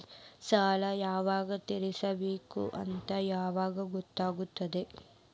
ಸಾಲ ಯಾವಾಗ ತೇರಿಸಬೇಕು ಅಂತ ಹೆಂಗ್ ಗೊತ್ತಾಗುತ್ತಾ?